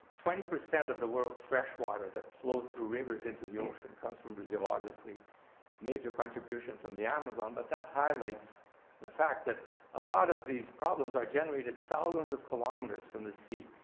twenty percent of the world's fresh water that flows through rivers into the ocean comes from brazil, obviously major contribution from the amazon, but that highlights the fact that a lot of these problems are generated thousands of kilometers the sea,